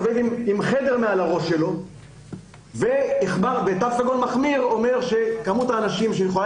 תו סגול מחמיר אומר שמספר האנשים שיכולים